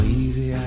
easy